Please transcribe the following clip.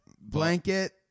blanket